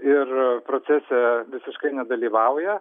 ir procese visiškai nedalyvauja